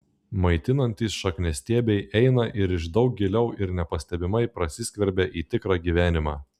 maitinantys šakniastiebiai eina ir iš daug giliau ir nepastebimai prasiskverbia į tikrą gyvenimą